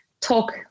talk